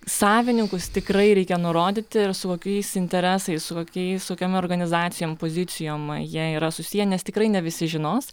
savininkus tikrai reikia nurodyti ir su kokiais interesai su kokias su kokiom organizacijom pozicijom jie yra susiję nes tikrai ne visi žinos